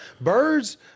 Birds